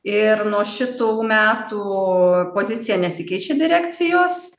ir nuo šitų metų pozicija nesikeičia direkcijos